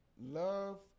Love